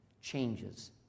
changes